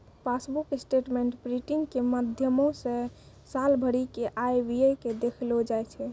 passbook statement printing के माध्यमो से साल भरि के आय व्यय के देखलो जाय छै